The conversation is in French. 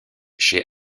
chez